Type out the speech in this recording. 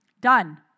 Done